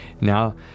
Now